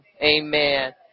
amen